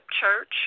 Church